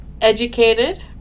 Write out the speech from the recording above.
Educated